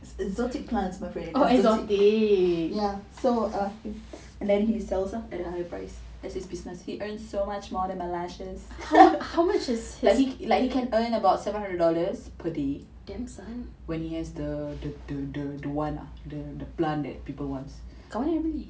it exotic plants my friend exotics ya so he and then he sells ah at a higher price that's his business he earns so much more than my lashes like he can earn about seven hundred dollars per day when he has the the the one ah the plant that people wants